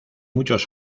muchos